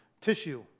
tissue